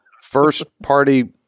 first-party